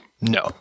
no